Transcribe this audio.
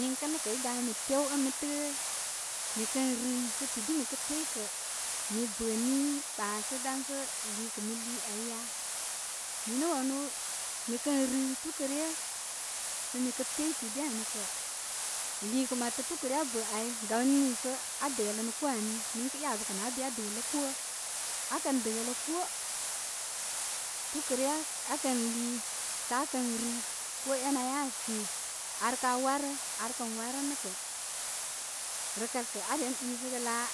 Niŋkə nə' kə' i gami tew ən mi təə mi kən rii sətidi mi kən pey kə mi bə nii ɓa sə' dan sə' liikə' mi lii aya? Mi nə' wanu mi kən rii fukə re sə mikə pey tidi ani kə lii kə matə tukə re aa bəə ai gawni nii səaa dələnə kobarobar ani, niŋkə' ɛabə kə' nabarabar aa bee aa dələlə kobarobar. A'a kən dələ kobarobar tukəre aa kən lii sə aakəriii, koo ɛnə aa kən si. Ar kaa warə. Ar kən warə nabar kə', rəkal kə' aa ren ɓisəgə laa,